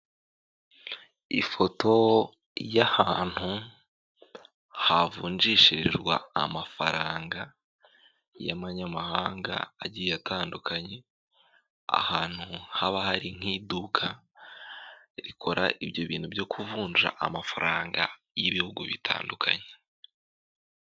Ifoto y'ahantu havunjishirizwa amafaranga ya manyamahanga agiye atandukanye, ahantu haba hari nk'iduka rikora ibyo bintu byo kuvunja amafaranga y'ibihugu bitandukanye.